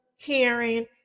caring